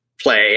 play